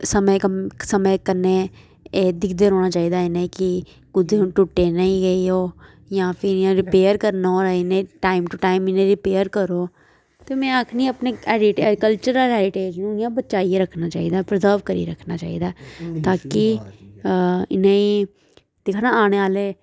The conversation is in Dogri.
समें कम्मै समें कन्नै दिखदे रौह्ना चाहिदा इनें कि कुदै हूनै टुटे न ऐ जां फिर इ'यां रिपेयर करना होना इनें टाइम टू टाइम इ'नें गी रिपेयर करो ते में आक्खनी अपने हैरी कल्चर हैरिटेज गी हून इयां बचाइयै रक्खना चाहिदा प्रिजर्व करी रक्खना चाहिदा ताकि इ'नेंगी दिक्खो ना आने आह्ले